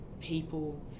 people